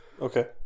Okay